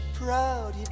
proud